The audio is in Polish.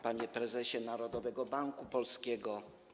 Panie Prezesie Narodowego Banku Polskiego!